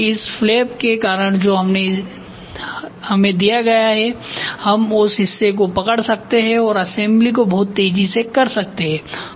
और अब इस फ्लैप के कारण जो हमें दिया गया है हम उस हिस्से को पकड़ सकते हैं और असेम्बली को बहुत तेजी से कर सकते हैं